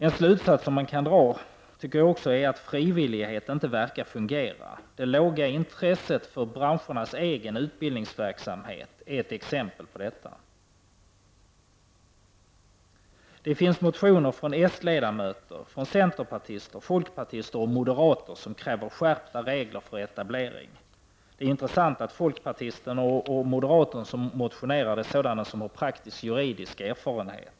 En slutsats man kan dra är också att frivillighet inte verkar fungera. Det låga intresset för branschernas egen utbildningsverksamhet är ett exempel på detta. Det finns motioner från s-ledamöter, från centerpartister, folkpartister och moderater som kräver skärpta regler för etablering. Det är intressant att de folkpartister och moderater som har motionerat är sådana som har praktisk juridisk erfarenhet.